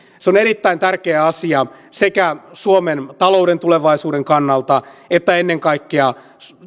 on erittäin tärkeä asia sekä suomen talouden tulevaisuuden kannalta että ennen kaikkea